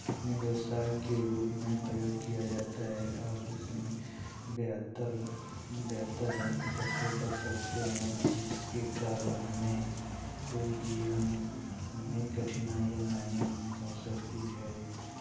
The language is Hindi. कितने व्यवसाय के रूप में प्रयोग किया जाता है और इसमें बेहतर बेहतर दाम इकट्ठे जिसके कारण हमें कोई जीवन में कठिनाइयाँ नहीं हो सकती है